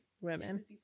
women